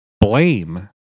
blame